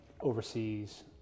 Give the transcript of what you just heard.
overseas